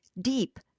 deep